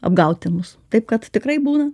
apgauti mus taip kad tikrai būna